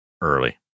early